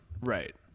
right